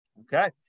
Okay